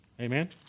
Amen